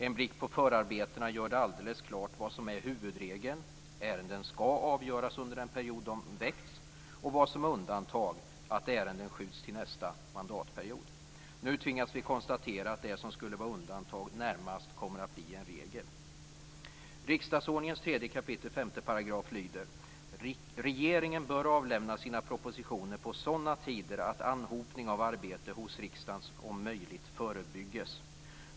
En blick på förarbetena gör det alldeles klart vad som är huvudregeln - ärenden skall avgöras under den period de väckts - och vad som är undantag - att ärenden skjuts upp till nästa mandatperiod. Nu tvingas vi konstatera att det som skulle vara undantag närmast kommer att bli en regel. Riksdagsordningens 3 kap. 5 § lyder: "Regeringen bör avlämna sina propositioner på sådana tider att anhopning av arbete hos riksdagen om möjligt förebygges."